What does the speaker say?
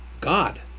God